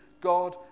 God